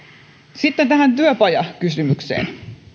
sitten tähän työpajakysymykseen